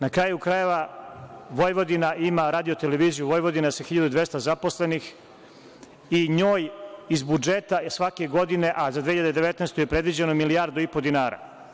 Na kraju krajeva, Vojvodina ima Radio-televiziju Vojvodina, sa 1200 zaposlenih i njoj je iz budžeta, svake godine, a za 2019. godinu predviđeno 1,5 milijardi dinara.